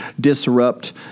disrupt